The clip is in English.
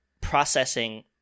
processing